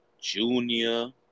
junior